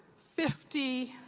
fifty,